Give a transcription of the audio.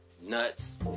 nuts